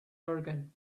organ